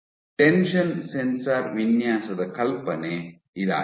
tension sensor ವಿನ್ಯಾಸದ ಕಲ್ಪನೆ ಇದಾಗಿದೆ